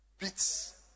Beats